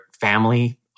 family